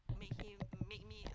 me him make me um